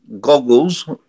goggles